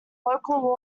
local